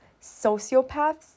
sociopaths